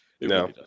No